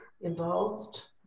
involved